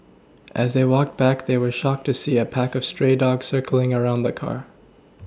as they walked back they were shocked to see a pack of stray dogs circling around the car